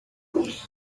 nous